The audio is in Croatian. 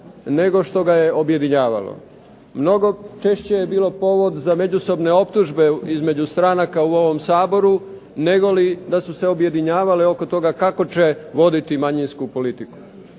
nego što ga je objedinjavalo, mnogo češće je bilo povod za međusobne optužbe između stranaka u ovome Saboru, negoli da su se objedinjavale oko toga kako će voditi manjinsku politiku.